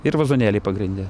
ir vazonėliai pagrinde